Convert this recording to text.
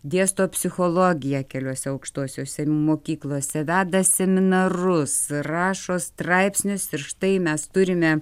dėsto psichologiją keliose aukštosiose mokyklose veda seminarus rašo straipsnius ir štai mes turime